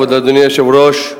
אדוני היושב-ראש,